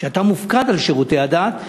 המופקד על שירותי הדת,